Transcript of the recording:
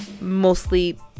mostly